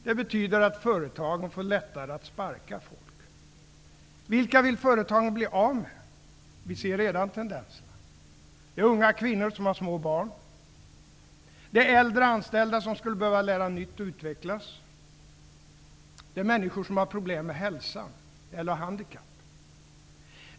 Det betyder att företagen får lättare att sparka folk. Vilka vill företagen bli av med? Vi ser redan tendenserna. Det är unga kvinnor som har små barn. Det är äldre anställda, som skulle behöva lära nytt och utvecklas. Det är människor som har problem med hälsan eller har ett handikapp.